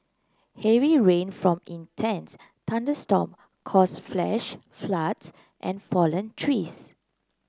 heavy rain from intense thunderstorm caused flash floods and fallen trees